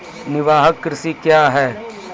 निवाहक कृषि क्या हैं?